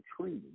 Treaty